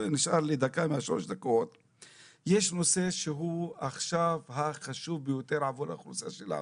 יש נושא שהוא החשוב ביותר עבור האוכלוסייה שלנו.